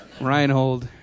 Reinhold